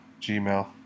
Gmail